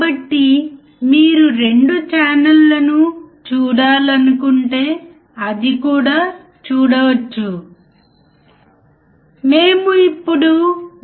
కాబట్టి అతను frequency generator ద్వారా మారుస్తున్నాడు ఫ్రీక్వెన్సీ జనరేటర్ నుండి ఇప్పుడు వస్తున్న సిగ్నల్ 1